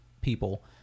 people